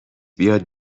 بیاد